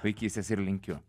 vaikystės ir lenkiu